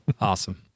Awesome